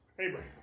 Abraham